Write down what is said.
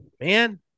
man